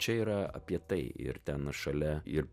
čia yra apie tai ir ten šalia ir